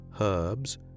herbs